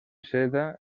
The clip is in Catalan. seda